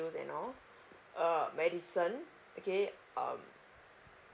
and all err medicine okay um